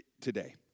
today